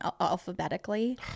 alphabetically